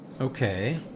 Okay